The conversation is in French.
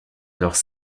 alors